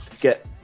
get